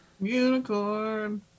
Unicorn